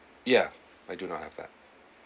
ya I do not have that